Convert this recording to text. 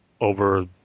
over